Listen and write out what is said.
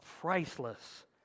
priceless